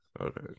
okay